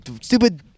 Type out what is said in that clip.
stupid